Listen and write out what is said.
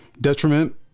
detriment